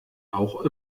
auch